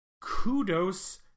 kudos